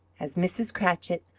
as mrs. cratchit,